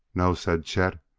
no, said chet,